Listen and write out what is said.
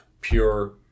pure